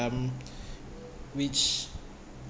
um which